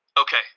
Okay